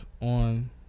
on